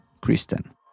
Kristen